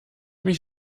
mich